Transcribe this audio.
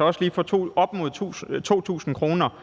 også kan få op imod 2.000 kr.